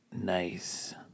Nice